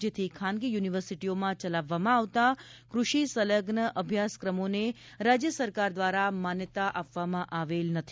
જેથી ખાનગી યુનિવર્સિટિઓમાં ચલાવવામાં આવતા કૃષિ સંલગ્ન અભ્યાસક્રમોને રાજય સરકાર દ્વારા માન્યતા આપવામાં આવેલ નથી